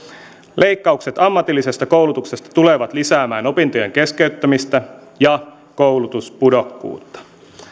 leikkaukset ammatillisesta koulutuksesta tulevat lisäämään opintojen keskeyttämistä ja koulutuspudokkuutta